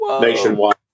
nationwide